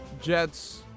Jets